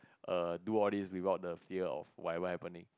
err do all these without the fear of whatever happening